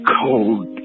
cold